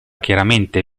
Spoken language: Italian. chiaramente